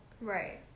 right